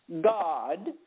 God